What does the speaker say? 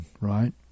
right